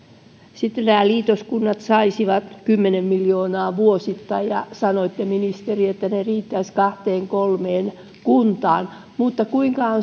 liitoskunnat saisivat kymmenen miljoonaa vuosittain ja sanoitte ministeri että ne riittäisivät kahteen kolmeen kuntaan mutta onko